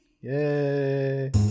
Yay